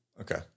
Okay